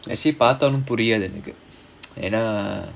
actually பாத்த ஒன்னும் புரியாது எனக்கு:patha onnum puriyaathu enakku err ஏனா:yaenaa